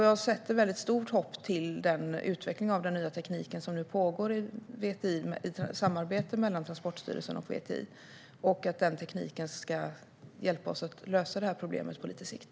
Jag sätter stort hopp till den utveckling av den nya tekniken som nu pågår i samarbete mellan Transportstyrelsen och VTI och att den tekniken ska hjälpa oss att lösa problemet på lite sikt.